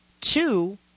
two